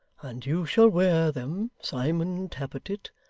and you shall wear them, simon tappertit,